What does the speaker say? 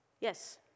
Yes